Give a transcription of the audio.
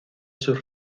sus